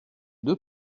deux